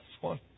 one